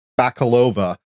Bakalova